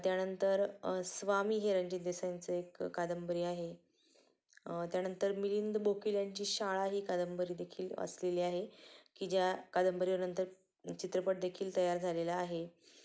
त्यानंतर स्वामी हे रणजित देसाईंचं एक कादंबरी आहे त्यानंतर मिलिंद बोकील यांची शाळा ही कादंबरीदेखील वाचलेली आहे की ज्या कादंबरीवर नंतर चित्रपटदेखील तयार झालेला आहे